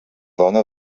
dona